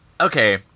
okay